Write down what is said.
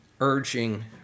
urging